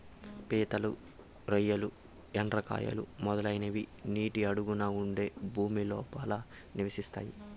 పీతలు, రొయ్యలు, ఎండ్రకాయలు, మొదలైనవి నీటి అడుగున ఉండే భూమి లోపల నివసిస్తాయి